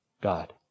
God